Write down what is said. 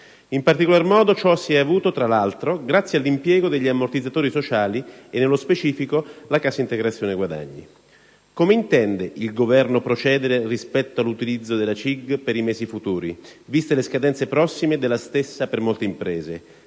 In particolare, ciò è stato possibile, tra l'altro, grazie all'impiego degli ammortizzatori sociali e, nello specifico, della cassa integrazione guadagni. Come intende procedere il Governo rispetto all'utilizzo della CIG per i mesi futuri, viste le prossime scadenze della stessa per molte imprese?